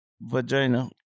vagina